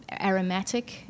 aromatic